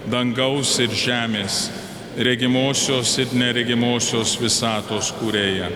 dangaus ir žemės regimosios ir neregimosios visatos kūrėją